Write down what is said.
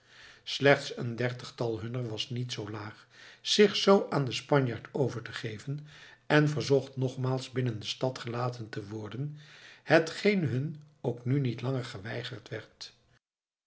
slechts een dertigtal hunner was niet zoo laag zich zoo aan den spanjaard over te geven en verzocht nogmaals binnen de stad gelaten te worden hetgeen hun ook nu niet langer geweigerd werd